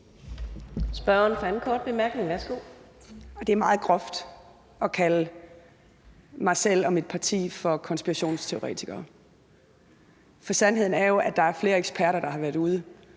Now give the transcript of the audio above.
Det er meget groft at kalde mig og mit parti for konspirationsteoretikere. For sandheden er jo, at der er flere juraeksperter, der har været ude